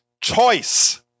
choice